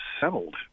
settled